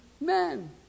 men